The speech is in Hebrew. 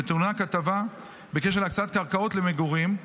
ותוענק הטבה בקשר להקצאת קרקעות למגורים.